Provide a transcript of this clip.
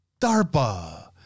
DARPA